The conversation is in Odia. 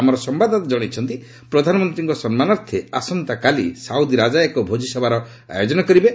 ଆମର ସମ୍ଭାଦଦାତା କଶାଇଛନ୍ତି ପ୍ରଧାନମନ୍ତ୍ରୀଙ୍କ ସମ୍ମାନାର୍ଥେ ଆସନ୍ତାକାଲି ସାଉଦି ରାଜା ଏକ ଭୋଜିସଭାର ଆୟୋଜନ କରିବେ